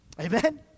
Amen